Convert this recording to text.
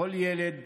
לכל ילד